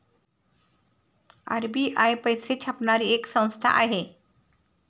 RBI पैसे छापणारी एक संस्था आहे